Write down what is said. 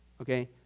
Okay